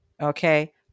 okay